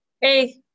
Hey